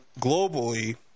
globally